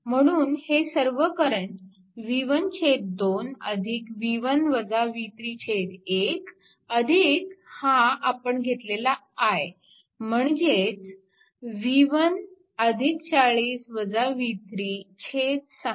म्हणून हे सर्व करंट v1 2 1 हा आपण घेतलेला i म्हणजे v1 40 v36 0